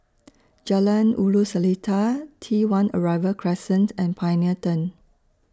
Jalan Ulu Seletar T one Arrival Crescent and Pioneer Turn